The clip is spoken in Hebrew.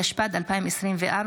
התשפ"ד 2024,